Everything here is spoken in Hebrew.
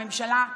הממשלה,